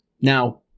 Now